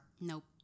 Nope